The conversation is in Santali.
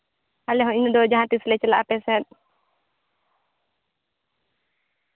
ᱟᱞᱮ ᱦᱚᱸ ᱩᱱ ᱫᱚ ᱡᱟᱦᱟᱸᱛᱤᱥ ᱞᱮ ᱪᱟᱞᱟᱜᱼᱟ ᱟᱯᱮ ᱥᱮᱫ